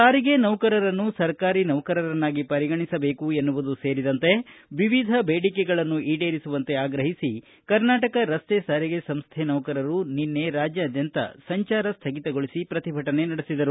ಸಾರಿಗೆ ನೌಕರರನ್ನು ಸರಕಾರಿ ನೌಕರರನ್ನಾಗಿ ಪರಿಗಣಿಸಬೇಕು ಎನ್ನುವುದು ಸೇರಿದಂತೆ ವಿವಿಧ ಬೇಡಿಕೆಗಳನ್ನು ಈಡೇರಿಸುವಂತೆ ಆಗ್ರಹಿಸಿ ಕರ್ನಾಟಕ ರಸ್ತೆ ಸಾರಿಗೆ ಸಂಸ್ಥೆ ನೌಕರರು ನಿನ್ನೆ ರಾಜ್ಯಾಧ್ಯಂತ ಸಂಜಾರ ಸ್ಥಗಿತಗೊಳಿಸಿ ಪ್ರತಿಭಟನೆ ನಡೆಸಿದರು